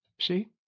See